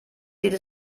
sieht